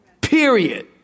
Period